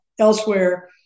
elsewhere